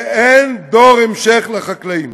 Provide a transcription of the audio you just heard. ואין דור המשך לחקלאים.